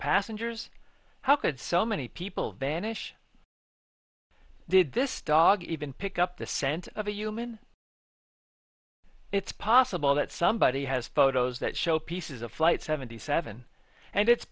passengers how could so many people vanish did this dog even pick up the scent of a human it's possible that somebody has photos that show pieces of flight seventy seven and it's